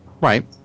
Right